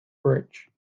bridge